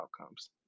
outcomes